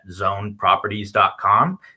zoneproperties.com